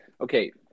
Okay